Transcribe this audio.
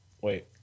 wait